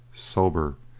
sober,